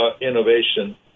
innovation